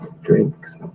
drinks